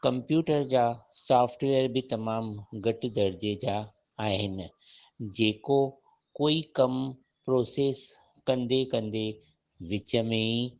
computer जा software बि तमामु घटि दरिजे जा आहिनि जेको कोई कमु प्रोसेस कंदे कंदे विच में ई